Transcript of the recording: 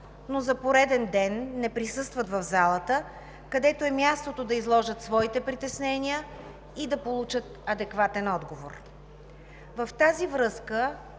но за пореден ден не присъстват в залата, където е мястото да изложат своите притеснения и да получат адекватен отговор. В тази връзка,